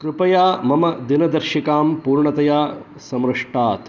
कृपया मम दिनदर्शिकां पूर्णतया समृष्टात्